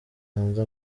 hanze